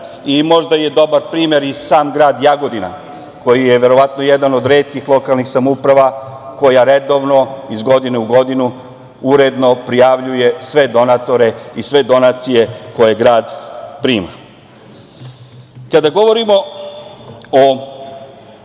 Možda je dobar primer i sam grad Jagodina koji je verovatno jedan od retkih lokalnih samouprava koja redovno, iz godine u godinu, uredno prijavljuje sve donatore i sve donacije koje grad prima. Kada govorimo o